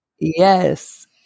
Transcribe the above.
Yes